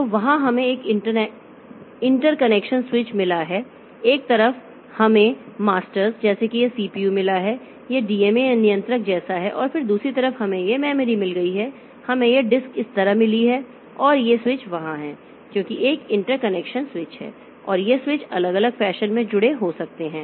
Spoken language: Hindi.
तो वहां हमें एक इंटरकनेक्शन स्विच मिला है एक तरफ हमें मास्टर्स जैसे कि यह सीपीयू मिला है यह डीएमए नियंत्रक जैसा है और फिर दूसरी तरफ हमें यह मेमोरी मिल गई है हमें यह डिस्क इस तरह मिली है और ये स्विच वहां हैं क्योंकि एक इंटरकनेक्शन स्विच है और ये स्विच अलग अलग फैशन में जुड़े हो सकते हैं